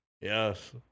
Yes